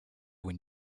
when